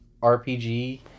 RPG